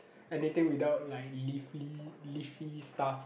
anything without like leafy leafy stuff